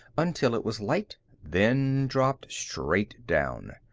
until it was light, then dropped straight down.